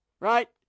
right